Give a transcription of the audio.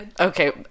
okay